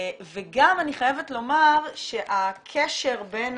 אני חייבת לומר שהקשר בין